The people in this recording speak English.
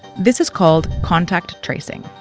this is called contact tracing.